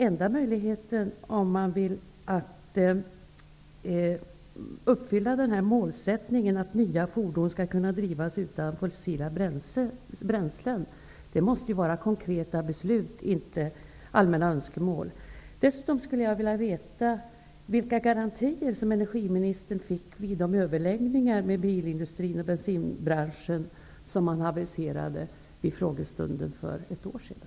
Enda möjligheten att uppfylla målsättningen att nya fordon skall kunna drivas utan fossila bränslen är konkreta beslut -- inte allmänna önskemål. Jag skulle dessutom vilja veta vilka garantier energiministern fick vid de överläggningar med bilindustrin och bensinbranschen som aviserades vid frågestunden för ett år sedan.